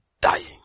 dying